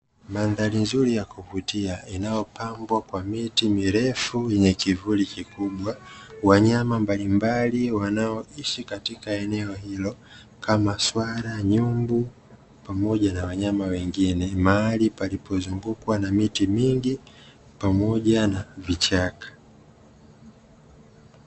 Mandhari nzuri ya kuvutia inayopambwa kwa miti mirefu yenye kivuli kikubwa, wanyama mbalimbali wanaoishi katika eneo hilo, kama: swala, nyumbu, pamoja na wanyama wengine; mahali palipozungukwa na miti mingi pamoja na vichaka.